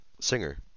singer